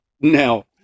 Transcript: Now